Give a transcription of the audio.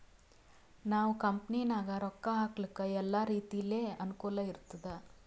ನಾವ್ ಕಂಪನಿನಾಗ್ ರೊಕ್ಕಾ ಹಾಕ್ಲಕ್ ಎಲ್ಲಾ ರೀತಿಲೆ ಅನುಕೂಲ್ ಇರ್ತುದ್